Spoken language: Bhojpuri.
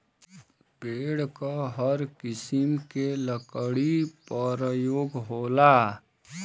पेड़ क हर किसिम के लकड़ी परयोग होला